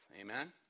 Amen